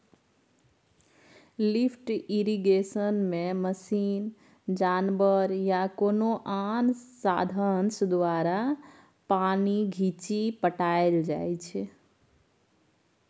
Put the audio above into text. lift इरिगेशनमे machine, जानबर या कोनो आन साधंश द्वारा पानि घीचि पटाएल जाइ छै